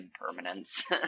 impermanence